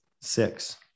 six